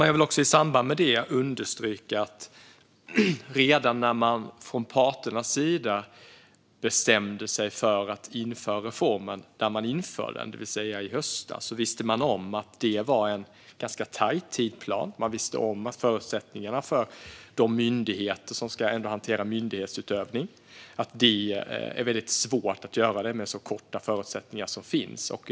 Jag vill också i samband med detta understryka att redan när man från parternas sida bestämde sig för att införa reformen och införde den, det vill säga i höstas, visste man om att det var en ganska tajt tidsplan. Man visste att de myndigheter som ska hantera myndighetsutövningen skulle få svårt att göra det med så kort framförhållning. Sådana var förutsättningarna.